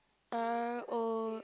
r_o